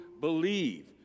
believe